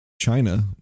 China